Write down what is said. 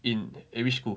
in at which school